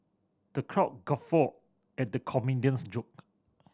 the crowd guffawed at the comedian's jokes